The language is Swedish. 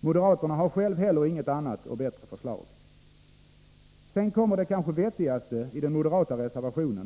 Moderaterna har heller inget annat och bättre förslag. Sedan kommer det kanske vettigaste i den moderata reservationen.